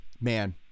man